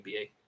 NBA